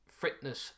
fitness